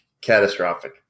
catastrophic